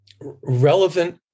relevant